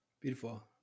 beautiful